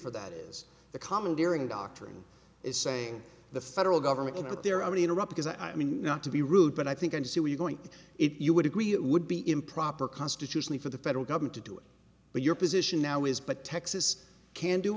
for that is the commandeering doctrine is saying the federal government but there are many interrupters i mean not to be rude but i think i do see where you're going it you would agree it would be improper constitutionally for the federal government to do it but your position now is but texas can do